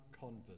convert